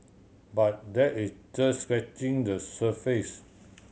but that is just scratching the surface